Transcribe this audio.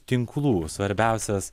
tinklų svarbiausias